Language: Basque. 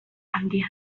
handia